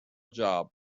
job